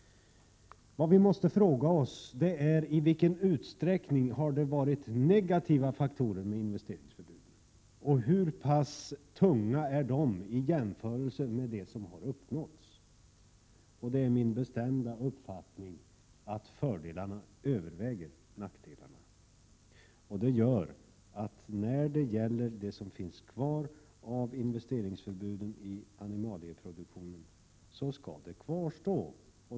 Vad vi måste fråga oss är i vilken utsträckning investeringsförbudet haft negativa följder och hur tungt de bör väga i jämförelse med vad som har uppnåtts. Det är min bestämda uppfattning att fördelarna överväger. Det gör att vpk anser att det som finns kvar av investeringsförbudet i animalieproduktionen skall kvarstå.